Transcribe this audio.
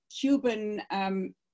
Cuban